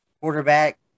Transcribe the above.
quarterback